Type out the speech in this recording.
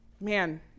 man